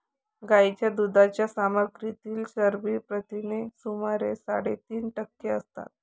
गायीच्या दुधाच्या सामग्रीतील चरबी प्रथिने सुमारे साडेतीन टक्के असतात